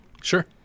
sure